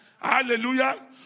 Hallelujah